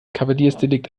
kavaliersdelikt